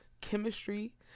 chemistry